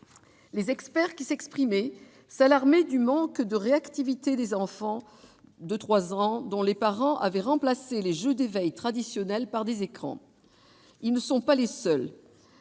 Les experts qui s'exprimaient s'alarmaient du manque de réactivité des enfants de trois ans dont les parents avaient remplacé les jeux d'éveil traditionnels par des écrans. Ils ne sont pas les seuls.